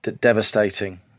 devastating